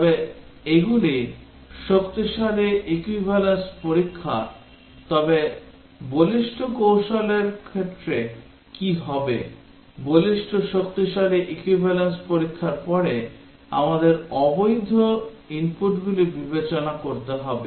তবে এগুলি শক্তিশালী equivalence পরীক্ষা তবে বলিষ্ঠ কৌশলের ক্ষেত্রে কি হবে বলিষ্ঠ শক্তিশালী equivalence পরীক্ষার পরে আমাদের অবৈধ ইনপুটগুলি বিবেচনা করতে হবে